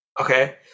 Okay